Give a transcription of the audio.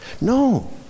No